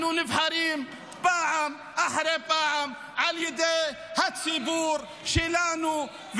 אנחנו נבחרים פעם אחרי פעם על ידי הציבור שלנו.